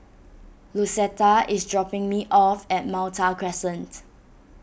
Lucetta is dropping me off at Malta Crescent